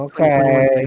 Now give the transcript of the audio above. Okay